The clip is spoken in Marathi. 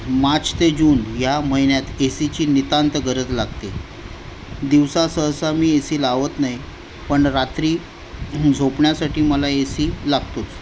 माच ते जून या महिन्यात एसीची नितांत गरज लागते दिवसा सहसा मी एसी लावत नाही पण रात्री झोपण्यासाठी मला एसी लागतोच